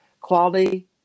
quality